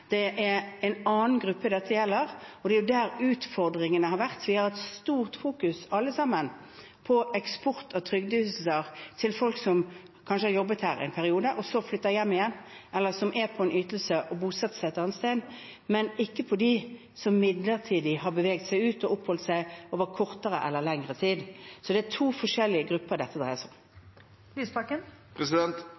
Det er en annen gruppe dette gjelder, og det er der utfordringene har vært. Vi har et stort fokus, alle sammen, på eksport av trygdeytelser til folk som kanskje har jobbet her en periode og så flyttet hjem igjen, eller som er på en ytelse og har bosatt seg et annet sted, men ikke på dem som midlertidig har beveget seg ut og oppholdt seg der over kortere eller lengre tid. Det er to forskjellige grupper dette dreier seg om.